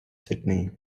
sydney